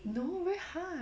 no very hard